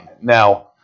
Now